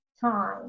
time